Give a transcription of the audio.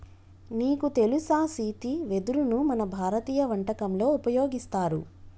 నీకు తెలుసా సీతి వెదరును మన భారతీయ వంటకంలో ఉపయోగిస్తారు